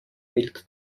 wild